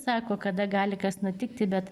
sako kada gali kas nutikti bet